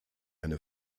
eine